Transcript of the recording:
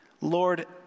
Lord